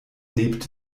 lebt